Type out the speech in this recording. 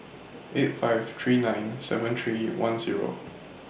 eight five three nine seven three one Zero